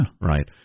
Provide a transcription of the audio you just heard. Right